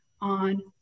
on